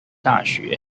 大学